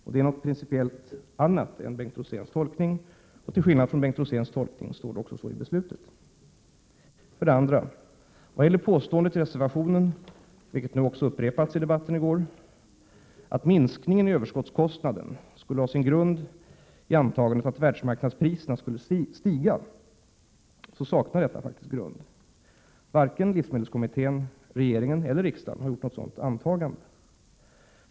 Detta är något principiellt helt annat än Bengt Roséns tolkning, och till skillnad från Bengt Roséns tolkning står det också så i beslutet. För det andra: Påståendet i reservationen, vilket också upprepades i debatten i går, att minskningen i överskottskostnaden skulle ha sin grund i antagandet att världsmarknadspriserna skulle stiga saknar grund. Varken livsmedelskommittén, regeringen eller riksdagen har gjort något sådant Prot. 1987/88:135 antagande.